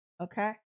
Okay